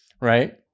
right